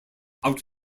out